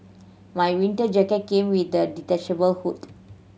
my winter jacket came with a detachable hood